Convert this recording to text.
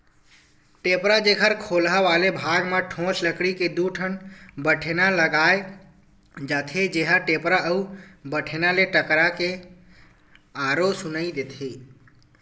टेपरा, जेखर खोलहा वाले भाग म ठोस लकड़ी के दू ठन बठेना लगाय जाथे, जेहा टेपरा अउ बठेना ले टकरा के आरो सुनई देथे